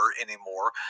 anymore